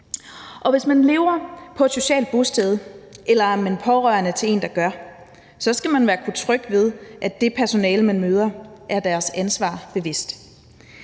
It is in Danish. Og hvis man lever på et socialt bosted eller man er pårørende til en, der gør det, skal man kunne være tryg ved, at det personale, man møder, er deres ansvar bevidst.